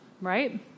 right